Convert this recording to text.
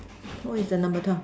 what is the number twelve